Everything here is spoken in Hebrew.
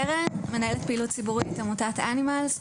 עמותת אנימלס.